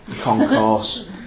concourse